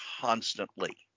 constantly